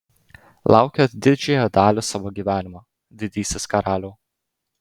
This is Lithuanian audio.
laukėt didžiąją dalį savo gyvenimo didysis karaliau